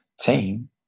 team